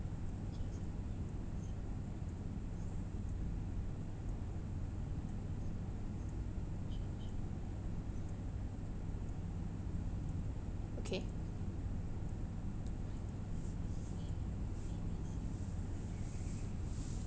okay